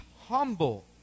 humble